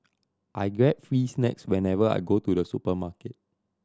I get free snacks whenever I go to the supermarket